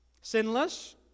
Sinless